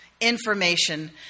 information